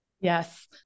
Yes